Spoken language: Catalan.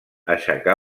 aixecà